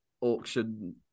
auction